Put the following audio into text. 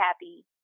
happy